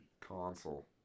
console